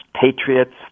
patriots